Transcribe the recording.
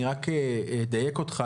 אני רק אדייק אותך,